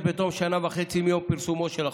בתום שנה וחצי מיום פרסומו של החוק.